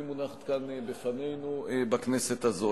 והיא מונחת כאן לפנינו, בכנסת הזאת.